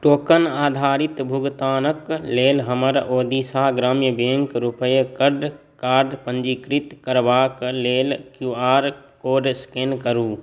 token आधारित भुगतानक लेल हमर ओडिशा ग्राम्य बैंक रुपे कार्ड कार्ड पंजीकृत करबाक लेल क्यू आर कोड स्कैन करू